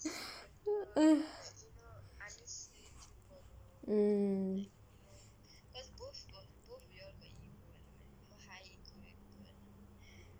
mm